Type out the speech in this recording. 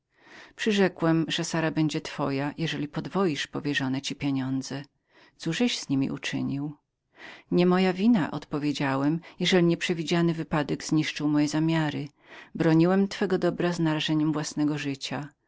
rzekł przyrzekłem że sara będzie twoją jeżeli podwoisz powierzone ci pieniądze cóżeś z niemi uczynił nie moja wina odpowiedziałem jeżeli nieprzewidziany wypadek zniszczył moje zamiary broniłem twego dobra z narażeniem własnego życia